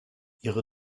ihre